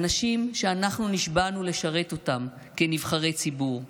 אנשים שאנחנו נשבענו לשרת אותם כנבחרי ציבור.